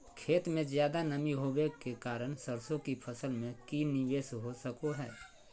खेत में ज्यादा नमी होबे के कारण सरसों की फसल में की निवेस हो सको हय?